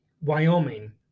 Wyoming